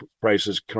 prices